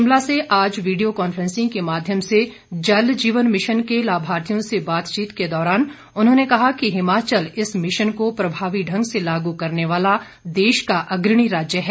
शिमला से आज video conferencing के माध्यम से जल जीवन मिशन के लाभार्थियों से बातचीत के दौरान उन्होंने कहा कि हिमाचल इस मिशन को प्रभावी ढंग से लागू करने वाला देश का अग्रणी राज्य है